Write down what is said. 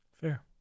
Fair